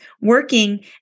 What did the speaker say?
working